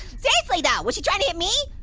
seriously though, was she trying to hit me?